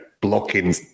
blocking